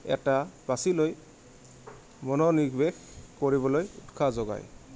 এটা বাচিলৈ মনোনিবেশ কৰিবলৈ উৎসাহ যোগায়